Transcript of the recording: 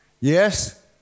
Yes